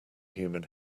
human